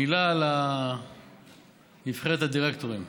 מילה על נבחרת הדירקטורים.